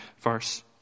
verse